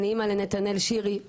אני אמא לנתנאל שירי,